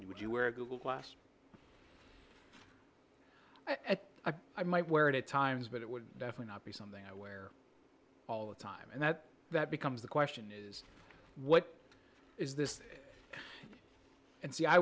you would you wear google glass at a i might wear it at times but it would definitely be something i wear all the time and that that becomes the question is what is this and see i